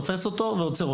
תופס אותו ועוצר אותו,